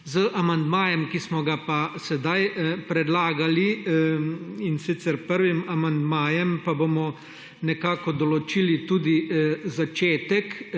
Z amandmajem, ki smo ga pa sedaj predlagali in sicer prvim amandmajem, pa bomo nekako določili tudi začetek